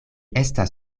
estas